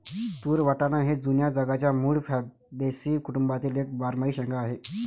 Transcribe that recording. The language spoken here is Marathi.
तूर वाटाणा हे जुन्या जगाच्या मूळ फॅबॅसी कुटुंबातील एक बारमाही शेंगा आहे